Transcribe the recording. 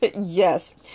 yes